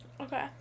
Okay